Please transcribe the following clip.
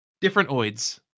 Different-oids